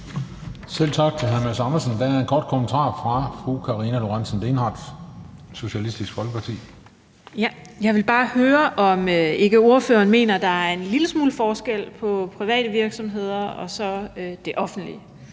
Selv tak til hr. Mads Andersen. Der er en kort bemærkning fra fru Karina Lorentzen Dehnhardt, Socialistisk Folkeparti. Kl. 17:11 Karina Lorentzen Dehnhardt (SF): Jeg vil bare høre, om ikke ordføreren mener, at der er en lille smule forskel på private virksomheder og det offentlige.